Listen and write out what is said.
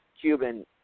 Cuban